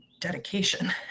dedication